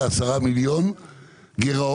לעשרה מיליון גירעון